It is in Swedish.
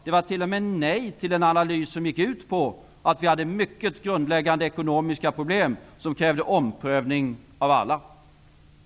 Man sade t.o.m. nej till en analys som gick ut på att Sverige hade mycket grundläggande ekonomiska problem som krävde omprövning av alla.